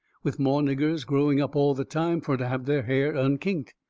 with more niggers growing up all the time fur to have their hair unkinked.